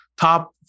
top